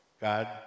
God